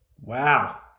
Wow